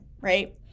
right